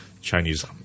Chinese